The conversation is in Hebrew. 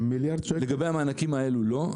לגבי המענקים האלו לא,